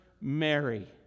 Mary